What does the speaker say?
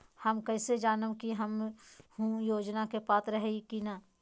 हम कैसे जानब की हम ऊ योजना के पात्र हई की न?